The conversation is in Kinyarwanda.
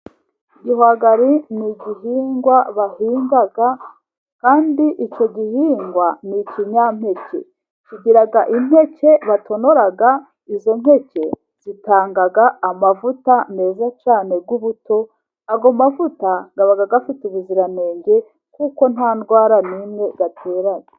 Ibihwagari ni igihingwa bahinga, kandi icyo gihingwa ni ikinyampeke kigira impeke batonora, izo mpeke zitanga amavuta meza cyane y'ubuto. Ayo mavuta aba afite ubuziranenge, kuko nta ndwara n'imwe atera.